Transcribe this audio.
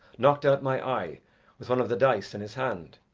knocked out my eye with one of the dice in his hand.